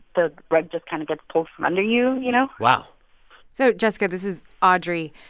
the rug just kind of gets pulled from under you, you know? wow so jesica, this is audrey.